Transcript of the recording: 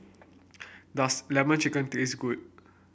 does lemon chicken taste good